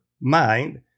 mind